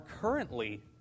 currently